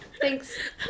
thanks